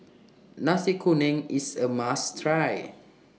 Nasi Kuning IS A must Try